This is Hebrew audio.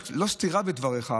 זו לא סתירה של דבריך,